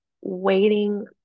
waiting